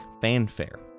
fanfare